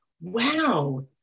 wow